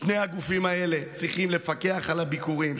שני הגופים האלה צריכים לפקח על הביקורים.